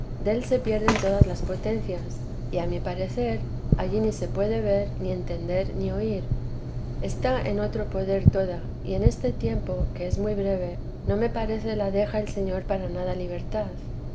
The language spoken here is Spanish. del se pierden todas las potencias y a mi parecer allí ni se puede ver ni entender ni oír está en otro poder toda y en este tiempo que es muy breve no me parece la deja el señor para nada libertad